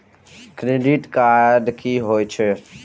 Credit card की होय छै?